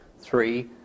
three